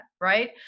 right